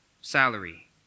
salary